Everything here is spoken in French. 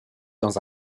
dans